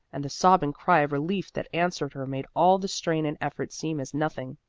and the sobbing cry of relief that answered her made all the strain and effort seem as nothing.